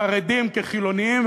חרדים כחילונים,